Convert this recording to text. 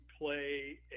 play